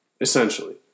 Essentially